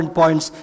points